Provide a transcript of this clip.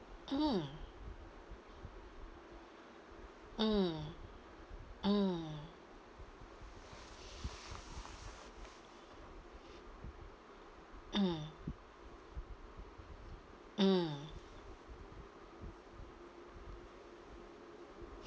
mm mm mm mm mm